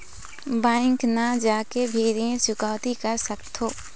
Bank न जाके भी ऋण चुकैती कर सकथों?